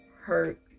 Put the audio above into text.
hurt